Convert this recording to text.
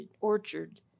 orchard